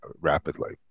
rapidly